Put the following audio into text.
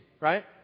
right